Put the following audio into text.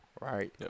Right